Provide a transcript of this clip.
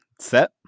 Set